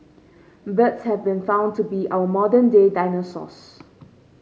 birds have been found to be our modern day dinosaurs